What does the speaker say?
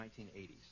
1980s